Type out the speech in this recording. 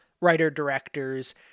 writer-directors